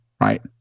right